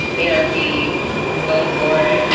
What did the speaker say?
therapy go for it.